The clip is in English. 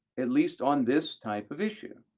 at least on this type of issue.